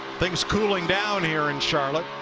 things cooling down here in charlotte.